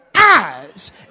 eyes